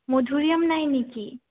মধুৰিআম নাই নেকি